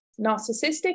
narcissistic